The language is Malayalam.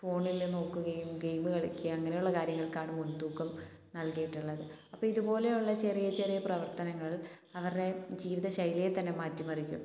ഫോണിൽ നോക്കുകയും ഗെയിം കളിക്കേം അങ്ങനെയുള്ള കാര്യങ്ങൾക്കാണ് മുൻതൂക്കം നൽകിയിട്ടുള്ളത് അപ്പോൾ ഇതുപോലെയുള്ള ചെറിയ ചെറിയ പ്രവർത്തനങ്ങൾ അവരുടെ ജീവിതശൈലിയെ തന്നെ മാറ്റിമറിക്കും